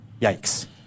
Yikes